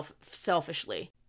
selfishly